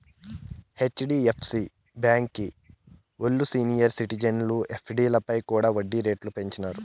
HDFC బాంకీ ఓల్లు senior సిటిజన్ల ఎఫ్డీలపై కూడా ఒడ్డీ రేట్లు పెంచినారు